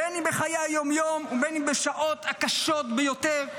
בין אם בחיי היום-יום ובין אם בשעות הקשות ביותר,